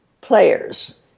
players